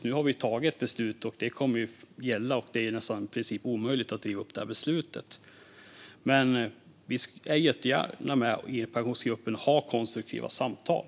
Nu har vi dock tagit ett beslut, och det kommer att gälla - det är i princip omöjligt att riva upp detta beslut. Vi är jättegärna med i Pensionsgruppen och har konstruktiva samtal.